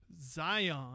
Zion